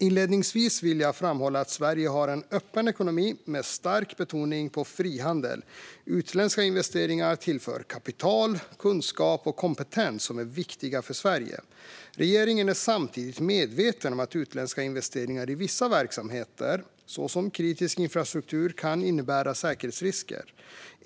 Inledningsvis vill jag framhålla att Sverige har en öppen ekonomi med stark betoning på frihandel. Utländska investeringar tillför kapital, kunskap och kompetens som är viktigt för Sverige. Regeringen är samtidigt medveten om att utländska investeringar i vissa verksamheter, såsom kritisk infrastruktur, kan innebära säkerhetsrisker.